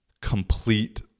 complete